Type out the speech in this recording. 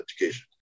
education